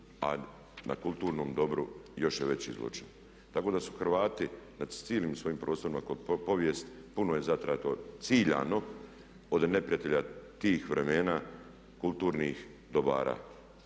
a na kulturnom dobru još je veći zločin. Tako da su Hrvati nad cijelim svojim prostorom kroz povijest puno je zatrto ciljano od neprijatelja tih vremena kulturnih dobara.